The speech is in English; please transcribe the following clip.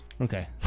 Okay